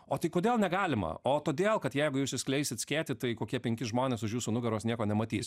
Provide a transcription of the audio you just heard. o tai kodėl negalima o todėl kad jeigu jūs išskleisit skėtį tai kokie penki žmonės už jūsų nugaros nieko nematys